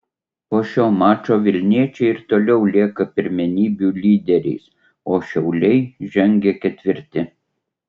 po šio mačo vilniečiai ir toliau lieka pirmenybių lyderiais o šiauliai žengia ketvirti